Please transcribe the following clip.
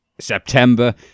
September